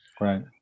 Right